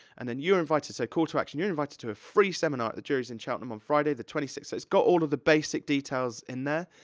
and then you're invited, so, call to action, you're invited to a free seminar at the jury's in cheltenham on friday the twenty sixth, so it's got all of the basic details in there,